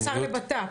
השר לבט"פ?